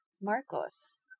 Marcos